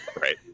Right